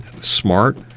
smart